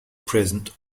present